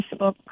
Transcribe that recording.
Facebook